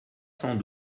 cent